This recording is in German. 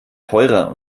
teurer